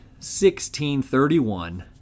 1631